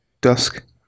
dusk